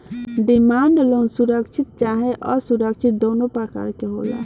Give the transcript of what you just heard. demand loan सुरक्षित चाहे असुरक्षित दुनो प्रकार के होला